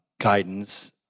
guidance